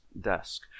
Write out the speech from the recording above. desk